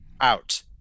Out